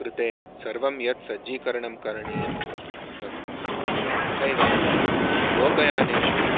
कृते सर्वं यत् सज्जीकरणं करणीयं तत् तथैव लोकयानेषु